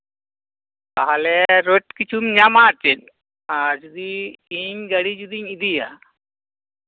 ᱛᱟᱦᱞᱮ ᱨᱳᱡ ᱠᱤᱪᱷᱩᱢ ᱧᱟᱢᱼᱟ ᱟᱨ ᱪᱮᱫ ᱟᱨ ᱤᱧ ᱡᱩᱫᱤ ᱜᱟᱹᱲᱤ ᱡᱩᱫᱤᱧ ᱤᱫᱤᱭᱟ